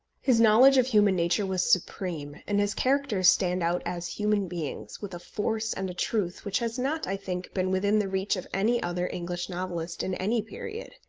his knowledge of human nature was supreme, and his characters stand out as human beings, with a force and a truth which has not, i think, been within the reach of any other english novelist in any period.